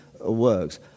works